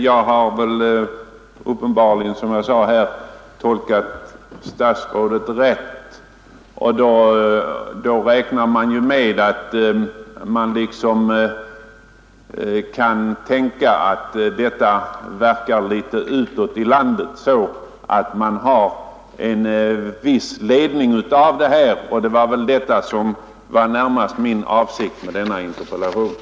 Jag har uppenbarligen, som jag sade, tolkat statsrådets uttalande rätt, och jag räknar med att det verkar välgörande på dem ute i landet som har hand om de här frågorna så att de får en viss ledning av det. Detta var också närmast min avsikt med interpellationen.